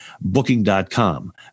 Booking.com